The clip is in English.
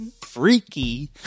freaky